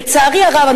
לצערי הרב,